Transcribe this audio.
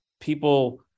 people